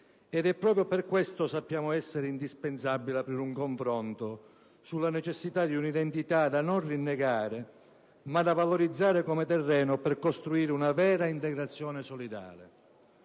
Ed è proprio per questo che sappiamo essere indispensabile aprire un confronto sulla necessità di un'identità da non rinnegare, ma da valorizzare come terreno per costruire una vera integrazione solidale.